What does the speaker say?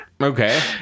okay